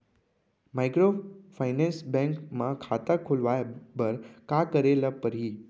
Microfinance bank म खाता खोलवाय बर का करे ल परही?